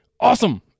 Awesome